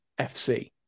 FC